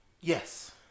Yes